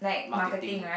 marketing